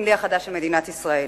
הסמלי החדש של מדינת ישראל.